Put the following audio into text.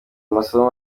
amasomo